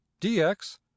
dx